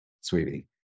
sweetie